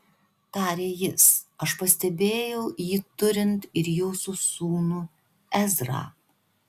tarė jis aš pastebėjau jį turint ir jūsų sūnų ezrą